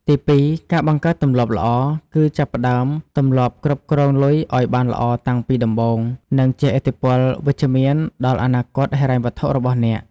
ទីពីរ ការបង្កើតទម្លាប់ល្អ គឺចាប់ផ្តើមទម្លាប់គ្រប់គ្រងលុយឱ្យបានល្អតាំងពីដំបូង នឹងជះឥទ្ធិពលវិជ្ជមានដល់អនាគតហិរញ្ញវត្ថុរបស់អ្នក។